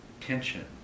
tension